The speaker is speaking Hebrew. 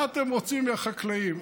מה אתם רוצים מהחקלאים?